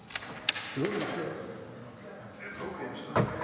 der er nok også